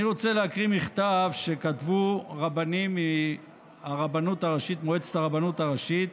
אני רוצה להקריא מכתב שכתבו רבנים ממועצת הרבנות הראשית